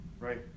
Right